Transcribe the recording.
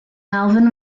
alvin